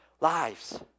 lives